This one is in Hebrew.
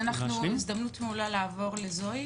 זו הזדמנות מעולה לעבור לזואי